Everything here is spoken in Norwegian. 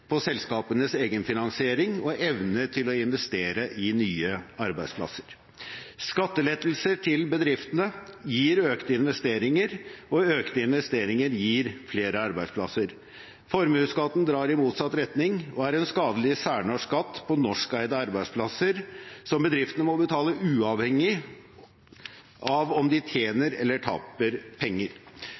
på selskapenes egenfinansiering og evne til å investere i nye arbeidsplasser. Skattelettelser til bedriftene gir økte investeringer, og økte investeringer gir flere arbeidsplasser. Formuesskatten drar i motsatt retning og er en skadelig særnorsk skatt på norskeide arbeidsplasser som bedriftene må betale uavhengig av om de tjener eller taper penger.